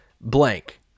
blank